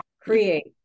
create